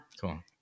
Cool